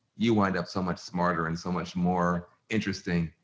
you wind up so much smarter and so much more interesting,